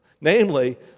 namely